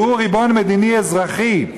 והוא ריבון מדיני אזרחי.